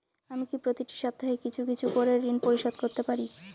আমি কি প্রতি সপ্তাহে কিছু কিছু করে ঋন পরিশোধ করতে পারি?